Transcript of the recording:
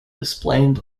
displayed